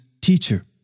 teacher